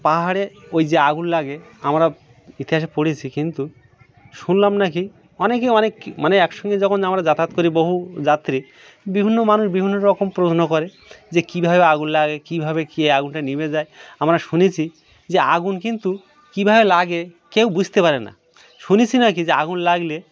পাহাড়ে ওই যে আগুন লাগে আমরা ইতিহাসে পড়েছি কিন্তু শুনলাম না কি অনেকেই অনেক মানে একসঙ্গে যখন আমরা যাতায়াত করি বহু যাত্রী বিভিন্ন মানুষ বিভিন্ন রকম প্রশ্ন করে যে কীভাবে আগুন লাগে কীভাবে কী আগুনটা নিভে যায় আমরা শুনেছি যে আগুন কিন্তু কীভাবে লাগে কেউ বুঝতে পারে না শুনেছি নাকি যে আগুন লাগলে